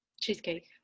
cheesecake